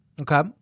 Okay